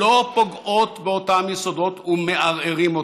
לא פוגעות באותם יסודות ומערערים אותם,